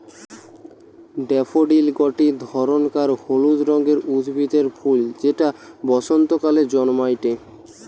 daffodil গটে ধরণকার হলুদ রঙের উদ্ভিদের ফুল যেটা বসন্তকালে জন্মাইটে